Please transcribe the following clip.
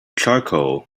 charcoal